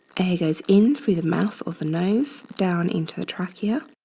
air goes in through the mouth or the nose down into the trachea,